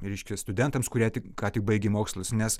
reiškia studentams kurie tik ką tik baigė mokslus nes